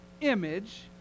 image